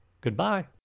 Goodbye